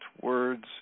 words